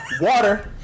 water